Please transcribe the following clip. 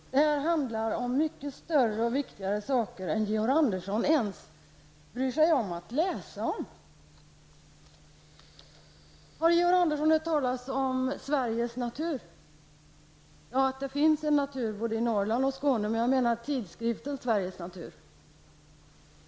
Detta handlar om mycket större och viktigare saker än Georg Andersson ens bryr sig om att läsa om. Har Georg Andersson hört talas om ''Sveriges Natur''. Ja, det finns en natur både i Norrland och i Skåne, men jag menar tidskriften Sveriges Natur.